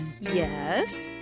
Yes